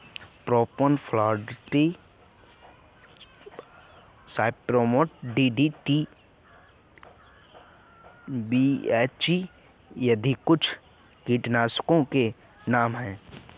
propane fox, cypermethrin, DDT, BHC आदि कुछ कीटनाशकों के नाम हैं